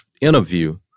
interview